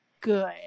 good